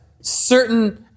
certain